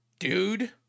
Dude